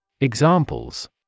Examples